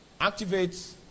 activates